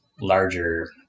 larger